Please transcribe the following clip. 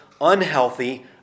unhealthy